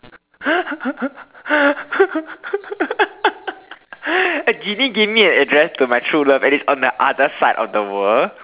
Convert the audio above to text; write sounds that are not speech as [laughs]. [laughs] give me give me an address to my true love and it's on the other side of the world